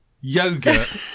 Yogurt